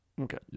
Okay